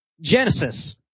Genesis